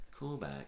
callback